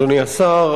אדוני השר,